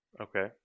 Okay